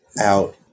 out